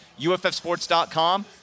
UFFsports.com